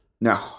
No